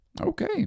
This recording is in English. Okay